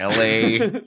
LA